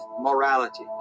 morality